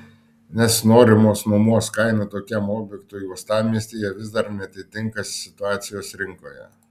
nes norimos nuomos kaina tokiam objektui uostamiestyje vis dar neatitinka situacijos rinkoje